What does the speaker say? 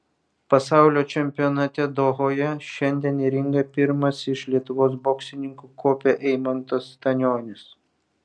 pasaulio čempionate dohoje šiandien į ringą pirmas iš lietuvos boksininkų kopė eimantas stanionis